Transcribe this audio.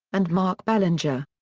and mark belanger.